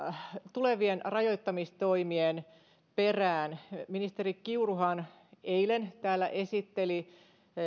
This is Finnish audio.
tulevien rajoittamistoimien perään ministeri kiuruhan eilen täällä esitteli